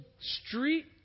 street